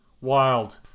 Wild